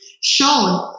shown